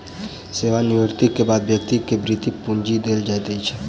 सेवा निवृति के बाद व्यक्ति के वृति पूंजी देल जाइत अछि